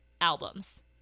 albums